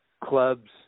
clubs